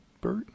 Bert